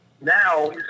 now